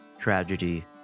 tragedy